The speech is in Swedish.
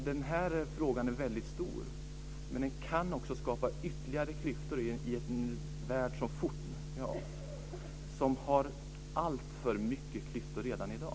Den här frågan är väldigt viktig, och den kan också skapa ytterligare klyftor i en värld som har alltför stora klyftor redan i dag.